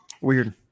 weird